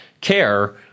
care